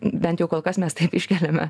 bent jau kol kas mes taip iškeliame